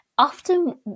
Often